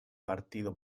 partido